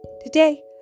Today